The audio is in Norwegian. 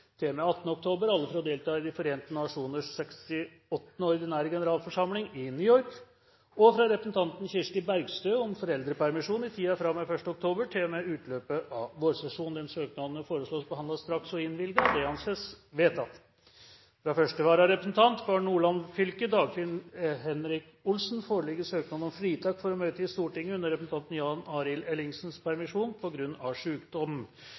oktober til og med 18. oktober – alle for å delta i De forente nasjoners 68. ordinære generalforsamling i New York – fra representanten Kirsti Bergstø om foreldrepermisjon i tiden fra og med 1. oktober til og med utløpet av vårsesjonen Disse søknadene foreslås behandlet straks og innvilget. – Det anses vedtatt. Fra første vararepresentant for Nordland fylke, Dagfinn Henrik Olsen, foreligger søknad om fritak for å møte i Stortinget under representanten Jan